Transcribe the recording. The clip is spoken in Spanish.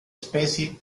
especie